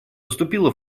поступила